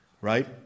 Right